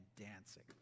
dancing